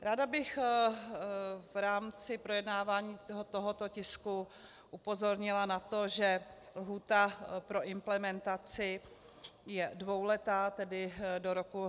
Ráda bych v rámci projednávání tohoto tisku upozornila na to, že lhůta pro implementaci je dvouletá, tedy do roku 2018.